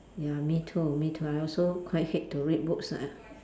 ya me too me too I also quite hate to read books ah